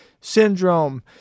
syndrome